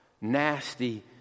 nasty